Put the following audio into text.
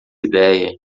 ideia